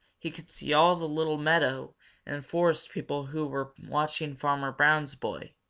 he could see all the little meadow and forest people who were watching farmer brown's boy?